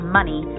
money